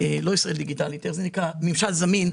שהם לא ישראליים ולא זכאי חוק השבות אלא סטודנטים אוקראיניים,